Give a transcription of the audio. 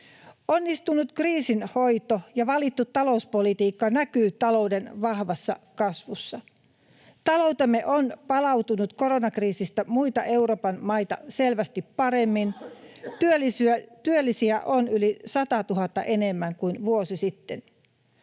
Onnistunut kriisin hoito ja valittu talouspolitiikka näkyvät talouden vahvassa kasvussa. Taloutemme on palautunut koronakriisistä muita Euroopan maita selvästi paremmin, työllisiä on yli 100 000 enemmän kuin vuosi sitten.